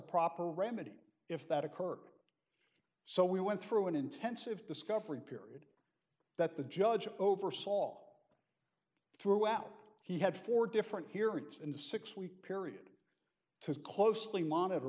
proper remedy if that occurred so we went through an intensive discovery period that the judge oversaw throughout he had four different here it's in the six week period to closely monitor